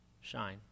shine